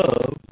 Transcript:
love